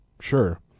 sure